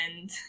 and-